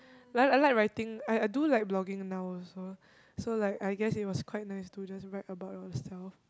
like I like writing I I do like blogging now also so like I guess it was quite nice to just write about yourself